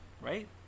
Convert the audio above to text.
right